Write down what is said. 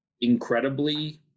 incredibly